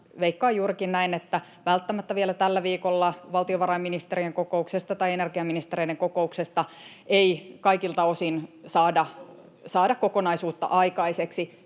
veikkaan juurikin näin, että välttämättä vielä tällä viikolla valtiovarainministerien kokouksesta tai energiaministereiden kokouksesta ei kaikilta osin saada kokonaisuutta aikaiseksi.